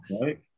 right